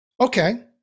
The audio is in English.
okay